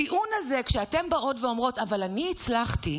הטיעון הזה, שאתן באות ואומרות: אבל אני הצלחתי,